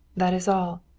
that is all.